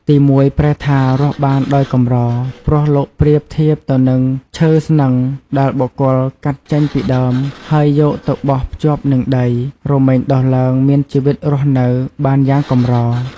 ទីមួយប្រែថារស់បានដោយកម្រ ព្រោះលោកប្រៀបធៀបទៅនឹងឈើស្នឹងដែលបុគ្គលកាត់ចេញពីដើមហើយយកទៅបោះភ្ជាប់នឹងដី រមែងដុះឡើងមានជីវិតរស់នៅបានយ៉ាងកម្រ។